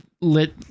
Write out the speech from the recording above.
lit